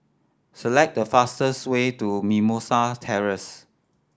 select the fastest way to Mimosa Terrace